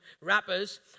rappers